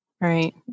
right